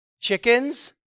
chickens